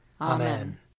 Amen